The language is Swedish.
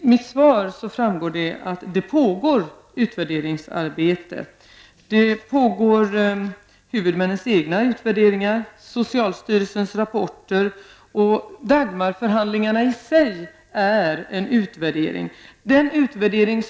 mitt svar framgår att det pågår utvärderingsarbete. Huvudmännens egna utvärderingar pågår, och vi har socialstyrelsens rapporter och Dagmarförhandlingarna, som i sig är en utvärdering.